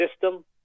system